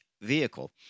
vehicle